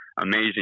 amazing